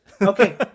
Okay